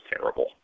terrible